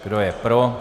Kdo je pro?